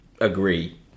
agree